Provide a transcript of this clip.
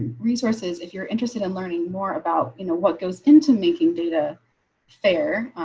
resources. if you're interested in learning more about you know what goes into making data fair,